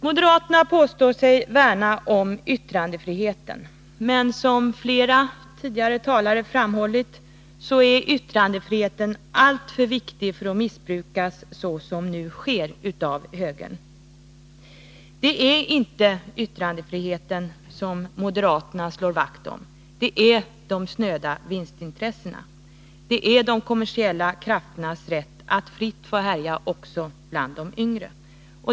Moderaterna påstår sig värna om yttrandefriheten, men som flera talare redan framhållit är yttrandefriheten alltför viktig för att missbrukas så som nu sker av högern. Det är inte yttrandefriheten moderaterna slår vakt om, utan det är de snöda vinstintressena — de kommersiella krafternas rätt att fritt få härja också bland de yngre.